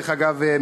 דרך אגב,